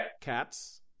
Cats